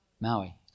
Maui